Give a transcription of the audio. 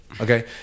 okay